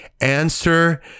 answer